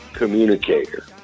communicator